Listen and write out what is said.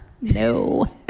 No